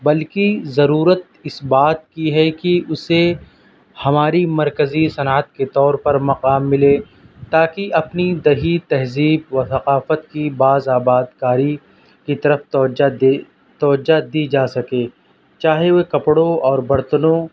بلکہ ضرورت اس بات کی ہے کہ اسے ہماری مرکزی صنعت کے طور پر مقام ملے تا کہ اپنی دیہی تہذیب و ثقافت کی بعض آبادکاری کی طرف توجہ دے توجّہ دی جا سکے چاہے وہ کپڑوں اور برتنوں